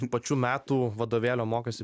tų pačių metų vadovėlio mokosi